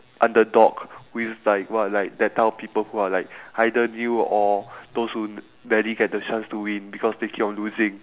underdog which is like what like that type of people who are like either new or those who rarely get the chance to win because they keep on losing